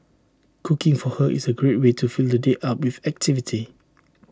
cooking for her is A great way to fill the day up with activity